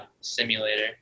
simulator